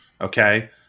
okay